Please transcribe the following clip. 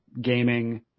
gaming